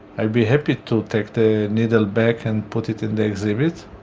i'd be happy to take the needle back and put it in the exhibit.